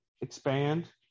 expand